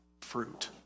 fruit